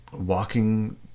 walking